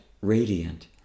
radiant